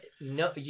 No